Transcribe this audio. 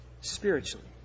spiritually